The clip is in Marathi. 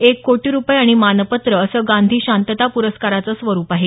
एक कोटी रुपये आणि मानपत्र असं गांधी शांतता प्रस्काराचं स्वरूप आहे